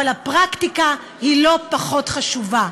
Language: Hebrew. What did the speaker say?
אבל הפרקטיקה לא פחות חשובה.